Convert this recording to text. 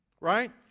Right